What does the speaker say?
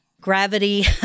gravity